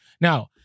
Now